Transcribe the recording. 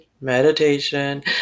meditation